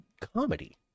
comedy